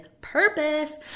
purpose